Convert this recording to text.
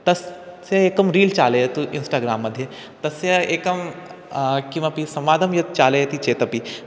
तस्य एकं रील् चालयतु इन्स्टाग्राम्मध्ये तस्य एकं किमपि संवादं यत् चालयति चेतपि